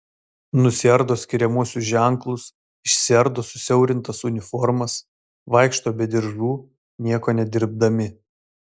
nusiardo skiriamuosius ženklus išsiardo susiaurintas uniformas vaikšto be diržų nieko nedirbdami